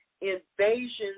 invasions